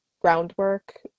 groundwork